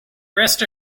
rest